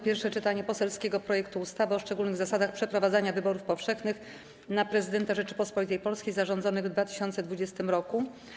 Pierwsze czytanie poselskiego projektu ustawy o szczególnych zasadach przeprowadzania wyborów powszechnych na Prezydenta Rzeczypospolitej Polskiej zarządzonych w 2020 r.